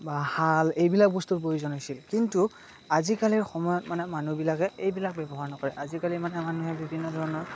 বা হাল এইবিলাক বস্তুৰ প্ৰয়োজন হৈছিল কিন্তু আজিকালিৰ সময়ত মানে মানুহবিলাকে এইবিলাক ব্যৱহাৰ নকৰে আজিকালি মানুহে বিভিন্ন ধৰণৰ